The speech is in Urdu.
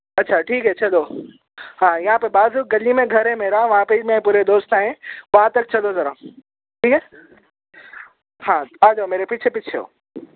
اچھا ٹھیک ہے چلو ہاں یہاں پہ بازو گلی میں گھر ہے میرا میں وہاں پہ ہی میرے پورے دوست آئے ہیں وہاں تک چلو ذرا ٹھیک ہے ہاں آ جاؤ میرے پیچھے پیچھے آؤ